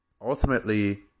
ultimately